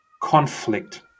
conflict